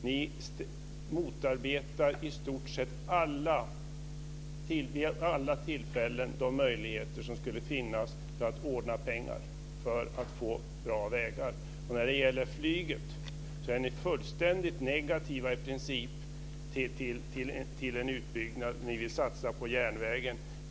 Ni motarbetar vid i stort sett alla tillfällen de möjligheter som kan finnas att ordna pengar för att få bra vägar. När det gäller flyget är ni i princip fullständigt negativa till en utbyggnad. Ni vill satsa på järnvägen.